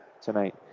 tonight